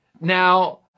Now